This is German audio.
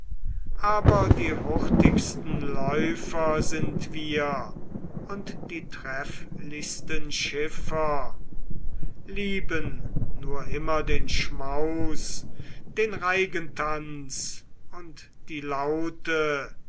aber die hurtigsten läufer sind wir und die trefflichsten schiffer lieben nur immer den schmaus den reigentanz und die laute